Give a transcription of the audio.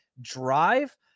drive